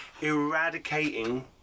eradicating